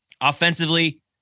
Offensively